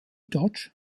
dodge